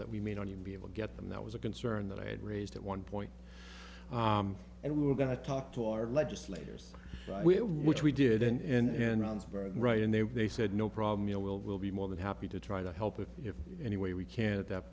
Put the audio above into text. that we may not even be able to get them that was a concern that i had raised at one point and we were going to talk to our legislators which we did and ron's very right and they they said no problem you know we'll we'll be more than happy to try to help if any way we can at that